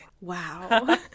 Wow